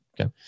Okay